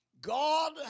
God